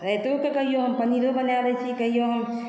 रातिओ कऽ कहियो हम पनीरो बनाए लै छी कहियो हम